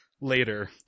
later